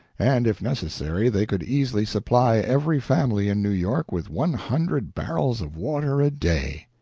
and, if necessary, they could easily supply every family in new york with one hundred barrels of water a day!